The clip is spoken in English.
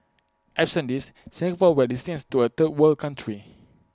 absent these Singapore will descend to A third world country